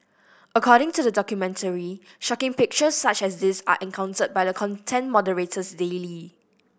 according to the documentary shocking pictures such as these are encountered by the content moderators daily